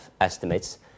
estimates